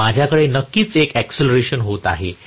तर माझ्याकडे नक्कीच एक एकसिलरेशन होत आहे